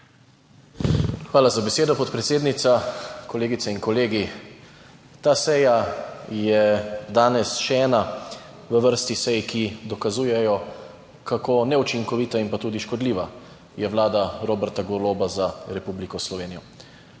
Hvala za besedo, podpredsednica. Kolegice in kolegi. Ta seja je danes še ena v vrsti sej, ki dokazujejo, kako neučinkovita in tudi škodljiva je vlada Roberta Goloba za Republiko Slovenijo.